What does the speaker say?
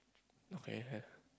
okay can